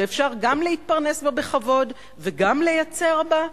שאפשר גם להתפרנס בה בכבוד וגם לייצר בה,